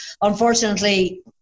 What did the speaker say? unfortunately